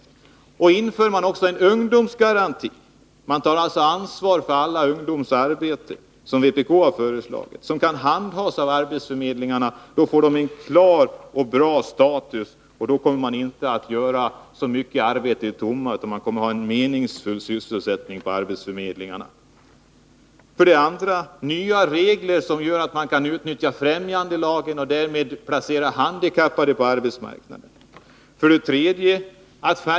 Man bör också, som vpk har föreslagit, införa en ungdomsgaranti och ta ansvar för alla ungdomars arbete. Det kan handhas av arbetsförmedlingarna, som då får en klar och bra status. Då kommer man inte att arbeta så att säga i det tomma, utan man kommer att ha en meningsfull sysselsättning på arbetsförmedlingarna. 2. Nya regler bör införas, så att man kan utnyttja främjandelagen och därmed placera handikappade på arbetsmarknaden. 3.